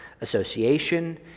association